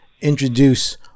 introduce